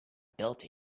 built